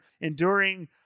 enduring